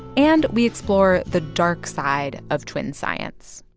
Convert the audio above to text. and we explore the dark side of twin science